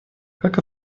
как